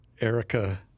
Erica